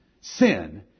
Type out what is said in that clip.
Sin